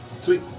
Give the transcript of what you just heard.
Sweet